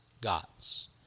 God's